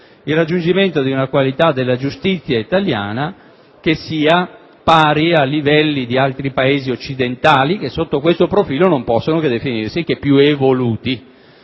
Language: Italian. il raggiungimento di una qualità della giustizia italiana che sia pari ai livelli di altri Paesi occidentali che, sotto questo profilo, non possono che definirsi più evoluti.